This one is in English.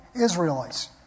Israelites